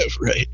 right